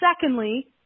Secondly